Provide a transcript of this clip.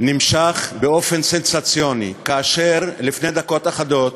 נמשך באופן סנסציוני, כאשר לפני דקות אחדות